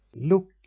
Look